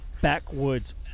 backwoods